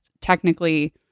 technically